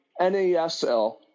NASL